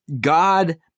God